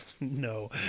No